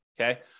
Okay